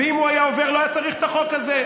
אם הוא היה עובר, לא היה צריך את החוק הזה.